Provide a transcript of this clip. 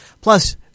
Plus